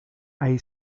hay